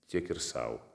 tiek ir sau